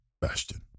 Bastion